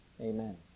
Amen